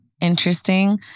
interesting